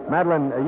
Madeline